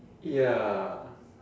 ya